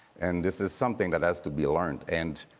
and this is something that has to be learned. and